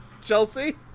Chelsea